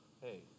Hey